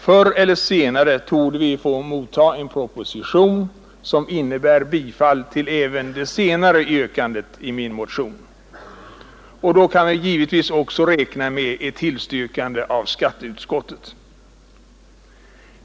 Förr eller senare torde vi få mottaga en proposition som innebär bifall till även det senare yrkandet i min motion och då kan vi givetvis också räkna med tillstyrkande av skatteutskottet.